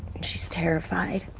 she's terrified.